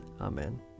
Amen